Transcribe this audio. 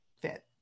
fit